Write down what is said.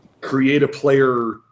create-a-player